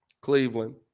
cleveland